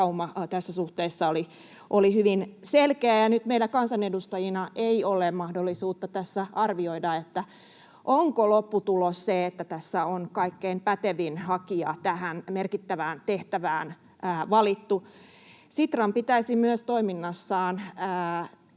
tässä suhteessa oli hyvin selkeä. Nyt meidän kansanedustajina ei ole mahdollista tässä arvioida, onko lopputulos se, että tässä on kaikkein pätevin hakija tähän merkittävään tehtävään valittu. Sitran pitäisi myös toiminnassaan